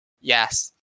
yes